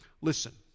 listen